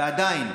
ועדיין